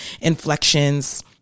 inflections